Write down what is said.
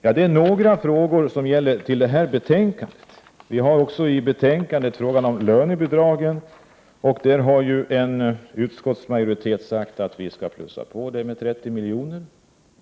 Detta var några frågor som sammanhänger med det föreliggande betänkandet. I betänkandet tas också frågan om lönebidrag upp. En utskottsmajoritet har uttalat att vi skall plussa på anslaget till lönebidrag med 30 milj.kr.